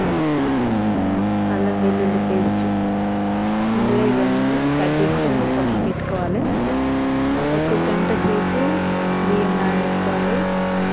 అల్లం వెల్లుల్లి పేస్ట్ ముందుగా ఇవన్నీ కట్ చేసుకొని పక్కనెట్టుకోవాలి ఒక గంట సేపు బియ్యం నానపెట్టుకోవాలి